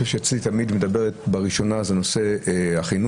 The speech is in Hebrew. ואצלי הדוגמה הראשונה היא תמיד בנושא החינוך.